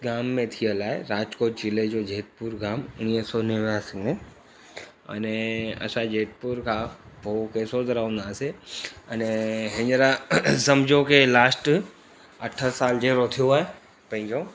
गाम में थियलु आहे राजकोट जिले जो जयपुर गाम उणिवीह सौ नेवासी में अने असां जयपुर खां पोइ केसोदरा हूंदासीं अने हीअंर सम्झो के लास्ट अठ साल जहिड़ो थियो आहे पंहिंजो